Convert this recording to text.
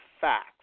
facts